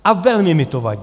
A velmi mi to vadí!